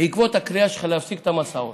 בעקבות הקריאה שלך להפסיק את המסעות.